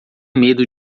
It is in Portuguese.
medo